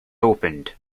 opened